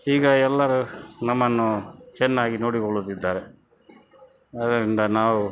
ಈಗ ಎಲ್ಲರೂ ನಮ್ಮನ್ನು ಚೆನ್ನಾಗಿ ನೋಡಿಕೊಳ್ಳುತ್ತಿದ್ದಾರೆ ಅದರಿಂದ ನಾವು